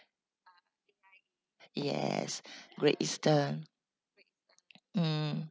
yes great eastern mm